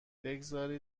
بگذار